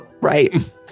Right